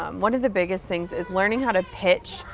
um one of the biggest things, is learning how to pitch,